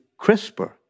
CRISPR